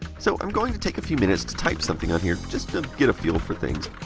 so, i'm going to take a few minutes to type something on here just to get a feel for things.